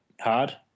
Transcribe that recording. hard